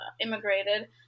immigrated